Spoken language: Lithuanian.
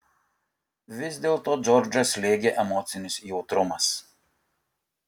vis dėlto džordžą slėgė emocinis jautrumas